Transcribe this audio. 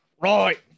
Right